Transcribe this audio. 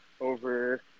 over